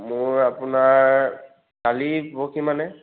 মোৰ আপোনাৰ কালি পৰহিমানে